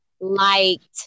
liked